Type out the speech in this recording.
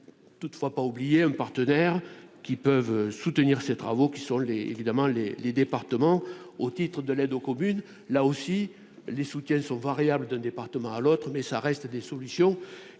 toutefois pas oublier un partenaire qui peuvent soutenir ces travaux qui sont les évidemment les les départements au titre de l'aide aux communes, là aussi, les soutiens sont variables d'un département à l'autre, mais ça reste des solutions